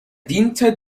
diente